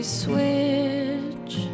switch